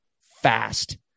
fast